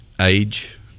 age